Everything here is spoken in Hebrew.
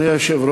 אני קובע